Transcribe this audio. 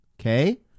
Okay